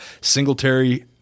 Singletary